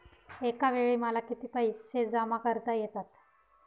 एकावेळी मला किती पैसे जमा करता येतात?